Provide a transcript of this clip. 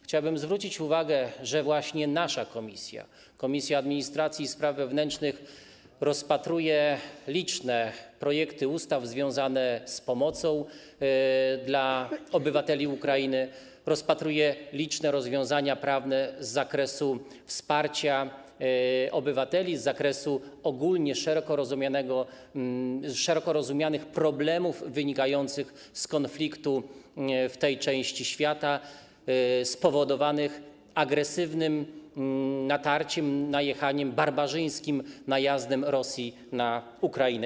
Chciałbym zwrócić uwagę, że właśnie nasza komisja, Komisja Administracji i Spraw Wewnętrznych, rozpatruje liczne projekty ustaw związane z pomocą dla obywateli Ukrainy, rozpatruje liczne rozwiązania prawne z zakresu wsparcia obywateli, z zakresu ogólnie, szeroko rozumianych problemów wynikających z konfliktu w tej części świata, spowodowanych agresywnym natarciem, najechaniem, barbarzyńskim najazdem Rosji na Ukrainę.